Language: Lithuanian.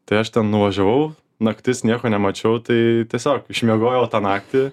tai aš ten nuvažiavau naktis nieko nemačiau tai tiesiog išmiegojau tą naktį